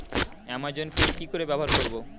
Amazon Pay কি করে ব্যবহার করব?